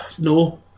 No